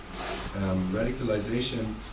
radicalization